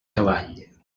cavall